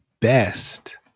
best